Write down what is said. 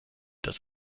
das